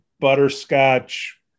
butterscotch